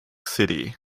city